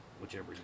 whichever